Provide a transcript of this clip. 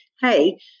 hey